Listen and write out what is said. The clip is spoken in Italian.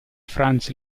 franz